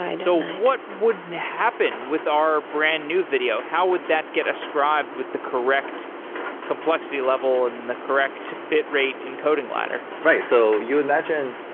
so what would happen with our brand new video? how would that get ascribed with the correct complexity level and the correct bitrate encoding ladder? right. so you imagine,